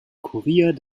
kurier